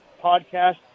podcast